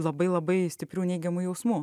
labai labai stiprių neigiamų jausmų